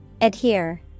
Adhere